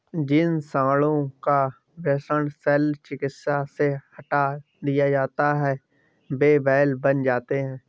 जिन साँडों का वृषण शल्य चिकित्सा से हटा दिया जाता है वे बैल बन जाते हैं